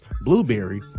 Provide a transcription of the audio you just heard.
Blueberry